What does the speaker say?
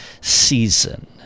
season